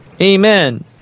amen